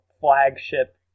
flagship